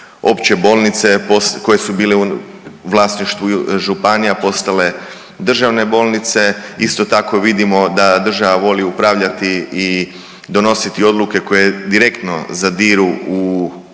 opće bolnice koje su bile u vlasništvu županija postale državne bolnice. Isto tako vidimo da država voli upravljati i donositi odluke koje direktno zadiru u proračune